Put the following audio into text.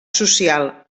social